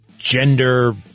Gender